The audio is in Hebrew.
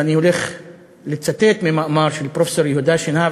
ואני הולך לצטט ממאמר של פרופסור יהודה שנהב,